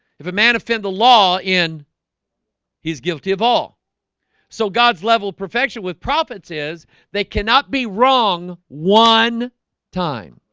if a man offend the law in he's guilty of all so god's level perfection with prophets is they cannot be wrong one time?